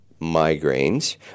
migraines